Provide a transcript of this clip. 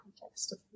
context